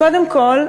קודם כול,